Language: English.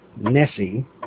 Nessie